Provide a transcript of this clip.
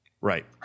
Right